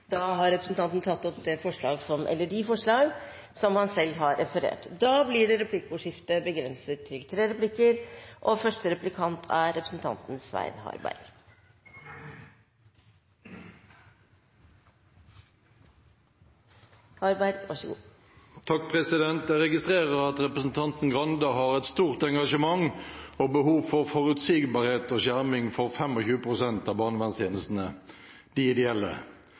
Da har representanten Arild Grande tatt opp de forslagene han refererte til. Det blir replikkordskifte. Jeg registrerer at representanten Grande har et stort engasjement for behov for forutsigbarhet og skjerming for 25 pst. av barnevernstjenestene – de ideelle.